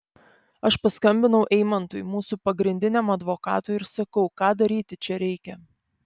aš paskambinau eimantui mūsų pagrindiniam advokatui ir sakau ką daryti čia reikia